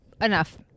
enough